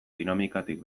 dinamikatik